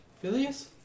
Phileas